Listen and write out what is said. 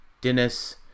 Dennis